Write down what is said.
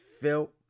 felt